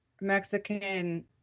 Mexican